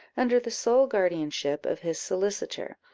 under the sole guardianship of his solicitor,